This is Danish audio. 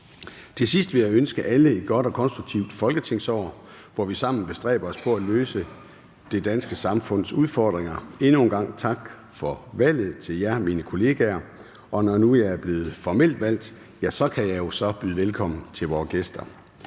Til sidst vil jeg ønske alle et godt og konstruktivt folketingsår, hvor vi sammen bestræber os på at løse det danske samfunds udfordringer. Endnu engang tak for valget til jer, mine kollegaer. --- Kl. 12:09 Velkomstord Formanden (Søren Gade): Når jeg nu er blevet formelt valgt, kan jeg jo så byde velkommen til vore gæster.